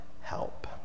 help